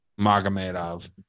Magomedov